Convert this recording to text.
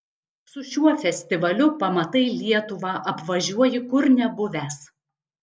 su šiuo festivaliu pamatai lietuvą apvažiuoji kur nebuvęs